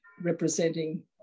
representing